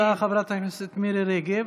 תודה לחברת הכנסת מירי רגב.